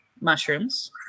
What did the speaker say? mushrooms